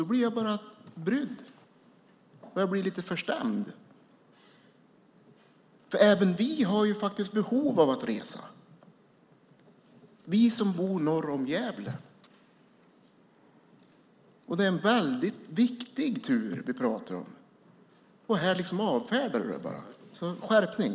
Då blir jag brydd och lite förstämd, för även vi som bor norr om Gävle har faktiskt behov av att resa. Det är en väldigt viktig tur vi pratar om, men ministern avfärdar den. Skärpning!